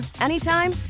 anytime